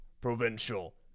provincial